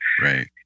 right